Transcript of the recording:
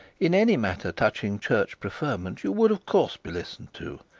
in any matter touching church preferment you would of course be listened to.